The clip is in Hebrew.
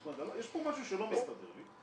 יש פה משהו שלא מסתדר לי,